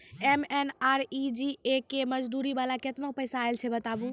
MNREGA के मज़दूरी वाला केतना पैसा आयल छै बताबू?